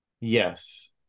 yes